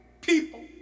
people